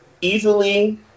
easily